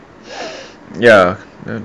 ya